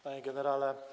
Panie Generale!